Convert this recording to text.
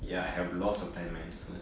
ya have lots of time man